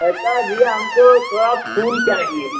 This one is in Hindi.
ऐसा भैया हमको थोड़ा फूल चाहिए